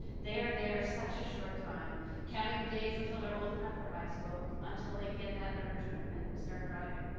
there they are such a short time counting the days until they're old enough for high school until they get that learner's permit and start driving.